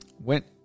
went